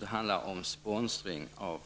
Punkten avser sponsring av program.